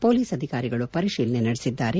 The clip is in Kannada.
ಮೊಲೀಸ್ ಅಧಿಕಾರಿಗಳು ಪರಿಶೀಲನೆ ನಡೆಸುತ್ತಿದ್ದಾರೆ